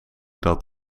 dat